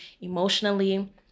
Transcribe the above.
emotionally